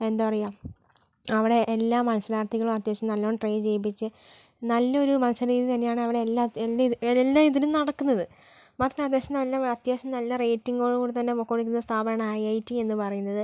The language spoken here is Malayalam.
എന്താ പറയാ അവിടെ എല്ലാ മത്സരാർത്ഥികളും അത്യാവശ്യം നല്ലോണം ട്രെയിൻ ചെയ്യിപ്പിച്ച് നല്ല ഒരു മത്സരരീതി തന്നെയാണ് അവിടെ എല്ലാത്തിലും എല്ലാത് എല്ലാ ഇതിനും നടക്കുന്നത് മാത്രമല്ല അത്യാവശ്യം നല്ല അത്യാവശ്യം നല്ല റേറ്റിങ്ങോടുകൂടി തന്നെ പോയിക്കൊണ്ടിരിക്കുന്ന സ്ഥാപനാണ് ഐ ഐ ടി എന്ന് പറയുന്നത്